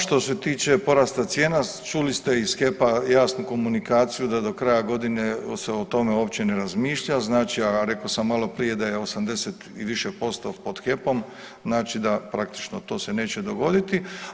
Što se tiče porasta cijena čuli ste iz HEP-a jasnu komunikaciju da do kraja godine se o tome uopće ne razmišlja, a rekao sam maloprije da je 80 i više posto pod HEP-om, znači da praktično to se neće dogoditi.